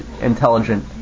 intelligent